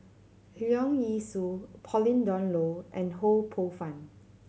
Leong Yee Soo Pauline Dawn Loh and Ho Poh Fun